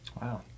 Wow